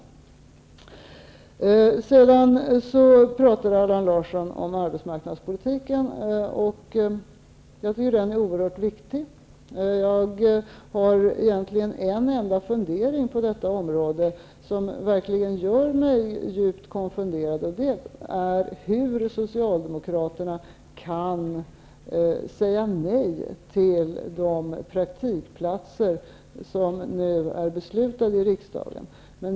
Allan Larsson talar om arbetsmarknadspolitiken, som jag tycker är oerhört viktig. Jag har egentligen en enda fundering på detta område, en fundering som verkligen gör mig djupt konfunderad. Hur kan Socialdemokraterna säga nej till de praktikplatser som riksdagen nu har fattat beslut om?